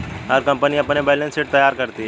हर company अपनी balance sheet तैयार करती है